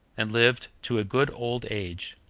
and lived to a good old age,